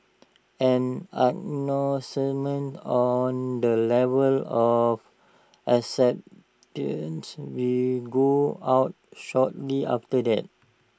an announcement on the level of acceptances will go out shortly after that